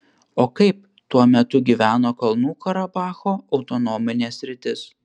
o kaip tuo metu gyveno kalnų karabacho autonominė sritis